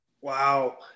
Wow